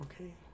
okay